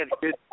good